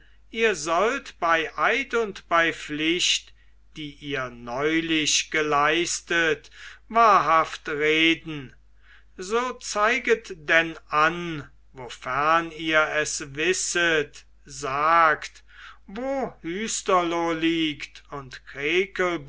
ihr sollt bei eid und bei pflicht die ihr neulich geleistet wahrhaft reden so zeiget denn an wofern ihr es wisset sagt wo hüsterlo liegt und